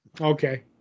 Okay